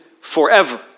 forever